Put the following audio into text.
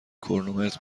کرونومتر